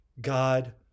God